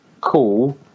cool